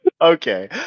okay